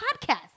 podcast